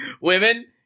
women